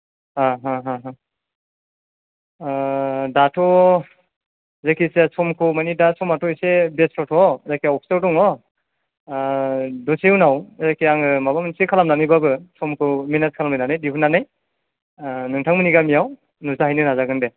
दाथ' जेखिजाया समखौ मानि दा समाथ' एसे बेस्थथ' जायखिया अफिसाव दङ दसे उनाव जायखिया आङो माबा मोनसे खालामनानैबाबो समखौ मेनेस खालामनानै दिहुनानै नोंथांमोननि गामियाव नुजाहैनो नाजागोन दे